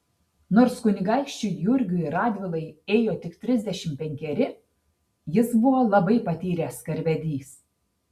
nors kunigaikščiui jurgiui radvilai ėjo tik trisdešimt penkeri jis buvo labai patyręs karvedys